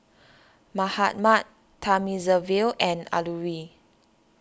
Mahatma Thamizhavel and Alluri